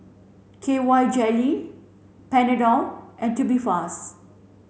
K Y jelly Panadol and Tubifast